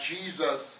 Jesus